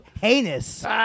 heinous